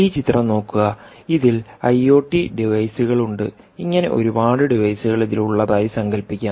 ഈ ചിത്രം നോക്കുക ഇതിൽ ഐഒടി ഡിവൈസുകൾ ഉണ്ട് ഇങ്ങനെ ഒരുപാട് ഡിവൈസുകൾ ഇതിൽ ഉള്ളതായി സങ്കൽപ്പിക്കാം